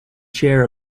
chair